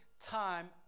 time